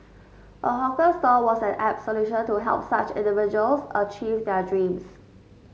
a hawker stall was an apt solution to help such individuals achieve their dreams